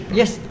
yes